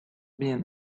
been